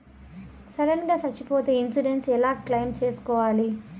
Sudden గా సచ్చిపోతే insurance ఎలా క్లెయిమ్ సేసుకోవాలి?